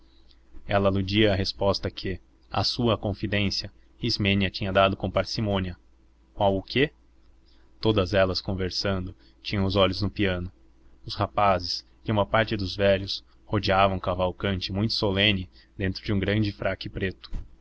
sei ela aludia à resposta que à sua confidência ismênia tinha dado com parcimônia qual o quê todas elas conversando tinham os olhos no piano os rapazes e uma parte dos velhos rodeavam cavalcanti muito solene dentro de um grande fraque preto